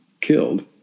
killed